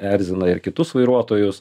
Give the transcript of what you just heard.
erzina ir kitus vairuotojus